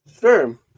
Sure